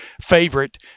favorite